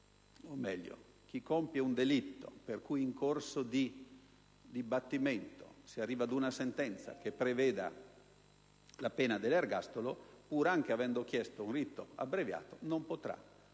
cosa: chi compie un delitto per cui in corso di dibattimento si arriva ad una sentenza che prevede la pena dell'ergastolo, pur anche avendo chiesto un rito abbreviato, non potrà